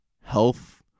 health